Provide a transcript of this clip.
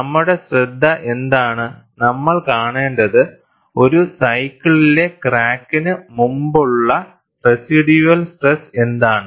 നമ്മുടെ ശ്രദ്ധ എന്താണ് നമ്മൾ കാണേണ്ടത് ഒരു സൈക്കിളിലെ ക്രാക്കിന് മുമ്പുള്ള റെസിഡ്യൂവൽ സ്ട്രെസ് എന്താണ്